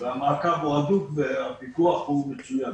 והמעקב הוא הדוק והפיקוח מצוין.